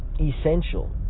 essential